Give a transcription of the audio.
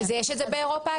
יש את זה באירופה?